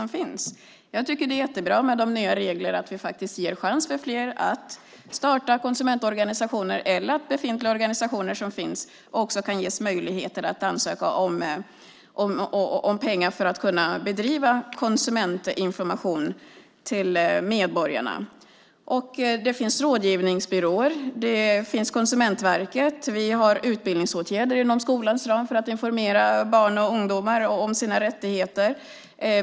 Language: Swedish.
De nya reglerna är jättebra därför att vi faktiskt ger fler chansen att starta konsumentorganisationer. Befintliga organisationer kan också ansöka om pengar för att kunna bedriva konsumentinformation till medborgarna. Det finns rådgivningsbyråer. Vi har Konsumentverket. Vi har utbildningsåtgärder inom skolans ram för att informera barn och ungdomar om deras rättigheter.